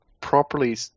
properly